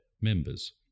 members